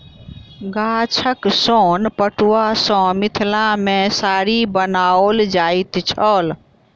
गाछक सोन पटुआ सॅ मिथिला मे साड़ी बनाओल जाइत छल